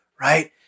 right